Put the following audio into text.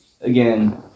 again